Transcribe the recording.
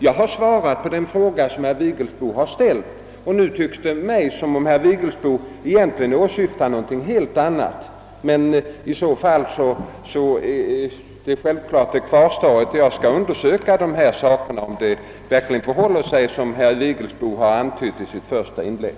Jag har svarat på den fråga herr Vigelsbo har ställt, men nu tycks det mig som om herr Vigelsbo åsyftar någonling helt annat. Självfallet kvarstår att jag skall undersöka om det verkligen förhåller sig på det sätt som herr Vigelsbo antydde i sitt första inlägg.